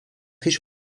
riche